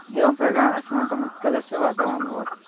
एवं प्रकारेण अस्माकम् उत्कलस्य वातावरणं भवति